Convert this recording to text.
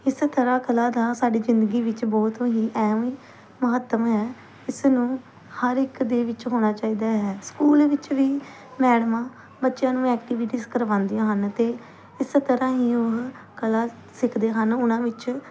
ਇਸ ਤਰ੍ਹਾਂ ਕਲਾ ਦਾ ਸਾਡੀ ਜ਼ਿੰਦਗੀ ਵਿੱਚ ਬਹੁਤ ਹੀ ਅਹਿਮ ਮਹੱਤਵ ਹੈ ਇਸ ਨੂੰ ਹਰ ਇੱਕ ਦੇ ਵਿੱਚ ਹੋਣਾ ਚਾਹੀਦਾ ਹੈ ਸਕੂਲ ਵਿੱਚ ਵੀ ਮੈਡਮਾਂ ਬੱਚਿਆਂ ਨੂੰ ਐਕਟੀਵਿਟੀਸ ਕਰਵਾਉਂਦੀਆਂ ਹਨ ਅਤੇ ਇਸ ਤਰ੍ਹਾ ਹੀ ਉਹ ਕਲਾ ਸਿੱਖਦੇ ਹਨ ਉਹਨਾਂ ਵਿੱਚ